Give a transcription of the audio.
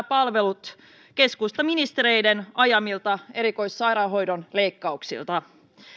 palvelut keskustaministereiden ajamilta erikoissairaanhoidon leikkauksilta